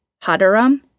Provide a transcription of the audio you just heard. Hadaram